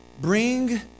Bring